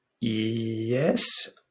Yes